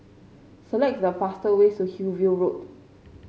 select the fastest way to Hillview Road